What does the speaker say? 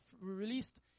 released